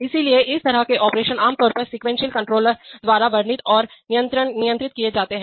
इसलिए इस तरह के ऑपरेशन आमतौर पर सीक्वेंशियल कंट्रोलर द्वारा वर्णित और नियंत्रित किए जाते हैं